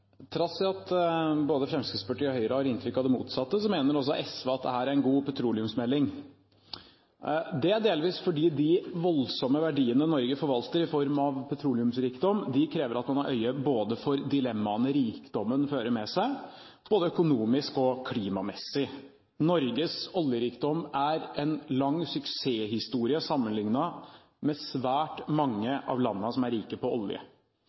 god petroleumsmelding. Det er delvis fordi de voldsomme verdiene Norge forvalter i form av petroleumsrikdom, krever at man har øye for dilemmaene rikdommen fører med seg, både økonomisk og klimamessig. Norges oljerikdom er en lang suksesshistorie sammenlignet med svært mange av landene som er rike på olje.